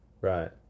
right